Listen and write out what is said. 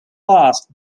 lost